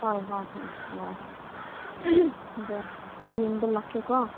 ꯍꯣꯏ ꯍꯣꯏ ꯍꯣꯏ ꯌꯥꯏ ꯑꯗꯣ ꯑꯩ ꯌꯦꯡꯕ ꯂꯥꯛꯀꯦꯀꯣ